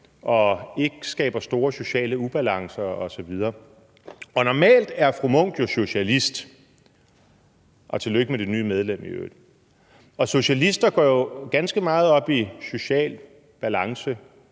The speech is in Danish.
og ikke skaber store sociale ubalancer osv. Normalt er fru Signe Munk jo socialist – og i øvrigt tillykke med det nye medlem – og socialister går ganske meget op i social balance,